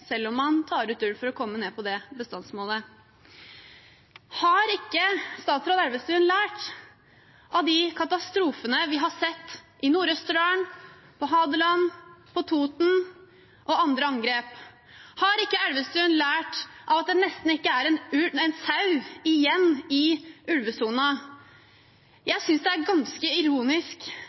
selv om man tar ut ulv for å komme ned til det bestandsmålet. Har ikke statsråd Elvestuen lært av de katastrofene vi har sett i Nord-Østerdal, på Hadeland, på Toten og andre angrep? Har ikke Elvestuen lært av at det nesten ikke er en sau igjen i ulvesonen? Jeg synes det er ganske ironisk